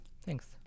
Thanks